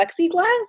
plexiglass